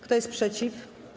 Kto jest przeciw?